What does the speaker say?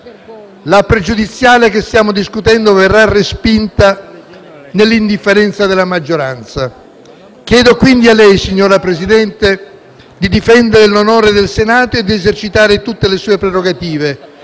pregiudiziale che stiamo discutendo verrà respinta nell'indifferenza della maggioranza. Chiedo, quindi a lei, signor Presidente, di difendere l'onore del Senato e di esercitare tutte le sue prerogative,